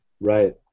Right